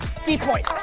D-point